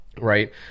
Right